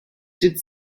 did